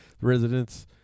Residents